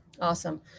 awesome